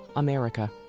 america